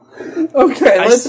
Okay